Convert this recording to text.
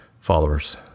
followers